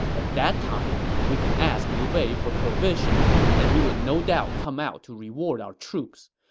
at that time, we can ask liu bei for provisions, and he would no doubt come out to reward our troops.